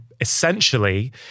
essentially